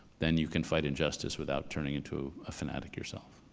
then you can fight injustice without turning into a fanatic yourself.